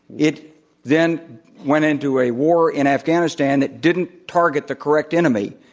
it then went into a war in afghanistan that didn't target the correct enemy,